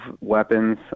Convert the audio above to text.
weapons